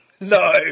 No